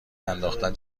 انداختن